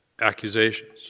accusations